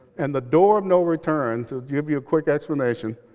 and the door of no return, to give you a quick explanation,